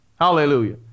Hallelujah